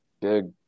big